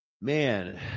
man